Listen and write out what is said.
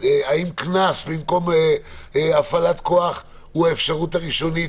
האם קנס במקום הפעלת כוח הוא האפשרות הראשונית,